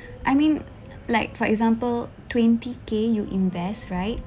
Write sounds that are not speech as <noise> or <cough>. <breath> I mean like for example twenty K you invest right